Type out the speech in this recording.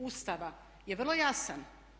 Ustava je vrlo jasan.